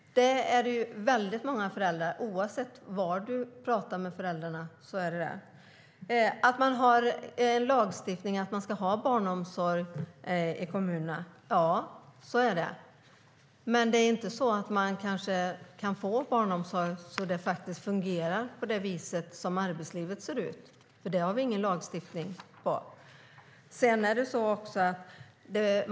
Det gäller väldigt många föräldrar, oavsett var man pratar med dem. Att vi har lagstiftning om att det ska finnas barnomsorg i kommunerna - ja, så är det. Men man kanske inte kan få barnomsorg så att det faktiskt fungerar, så som arbetslivet ser ut. För det har vi ingen lagstiftning.